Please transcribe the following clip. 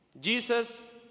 Jesus